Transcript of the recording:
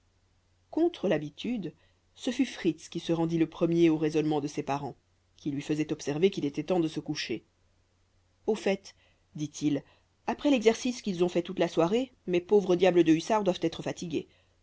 contre l'habitude ce fut fritz qui se rendit le premier aux raisonnements de ses parents qui lui faisaient observer qu'il était temps de se coucher au fait dit-il après l'exercice qu'ils ont fait toute la soirée mes pauvres diables de hussards doivent être fatigués